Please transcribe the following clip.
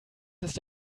ist